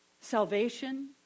salvation